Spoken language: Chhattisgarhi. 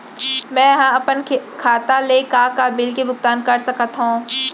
मैं ह अपन खाता ले का का बिल के भुगतान कर सकत हो